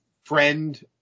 friend